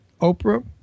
Oprah